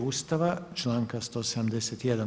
Ustava, članka 171.